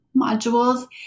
modules